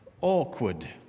awkward